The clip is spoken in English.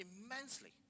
immensely